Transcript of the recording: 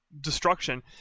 destruction